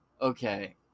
Okay